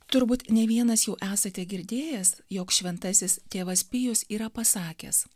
turbūt ne vienas jau esate girdėjęs jog šventasis tėvas pijus yra pasakęs